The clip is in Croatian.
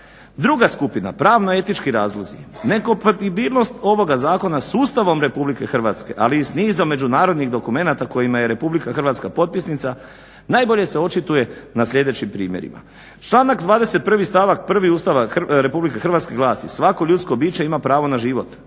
Druga skupina pravno etički razlozi. Nekompatibilnost ovoga zakona s Ustavom Republike Hrvatske, ali i s nizom međunarodnih dokumenata kojima je Republika Hrvatska potpisnica najbolje se očituje na sljedećim primjerima. Članak 21. stavak 1. Ustava Republika Hrvatske glasi: svako ljudsko biće ima pravo na život.